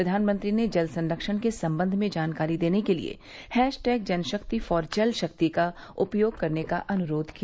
प्रधानमंत्री ने जल संरक्षण के संबंध में जानकारी देने के लिए hashtag Jan Shakti for Jal Shakti का उपयोग करने का अनुरोध किया